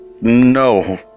no